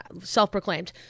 self-proclaimed